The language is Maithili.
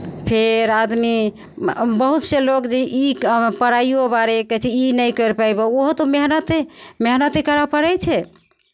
फेर आदमी बहुतसँ लोग जे ई का पढ़ाइओ बारे कहै छै जे ई नहि करि पयबहु ओहो तऽ मेहनते मेहनते करय पड़ै छै